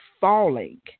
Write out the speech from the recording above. falling